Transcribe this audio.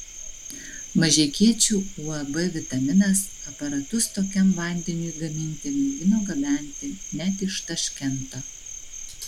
mažeikiečių uab vitaminas aparatus tokiam vandeniui gaminti mėgino gabenti net iš taškento